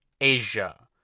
Asia